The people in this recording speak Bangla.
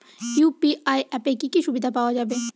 ইউ.পি.আই অ্যাপে কি কি সুবিধা পাওয়া যাবে?